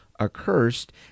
accursed